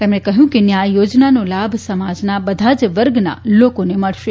તેમણે કહ્યું કે ન્યાય યોજનાનો લાભ સમાજના બધા જ વર્ગના લોકોને મળશે